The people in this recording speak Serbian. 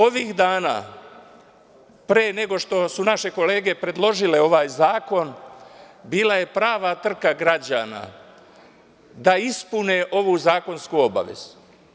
Ovih dana, pre nego što su naše kolege predložile ovaj zakon, bila je prava trka građana da ispune ovu zakonsku obavezu.